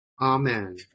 Amen